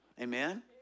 Amen